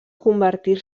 convertir